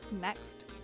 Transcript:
next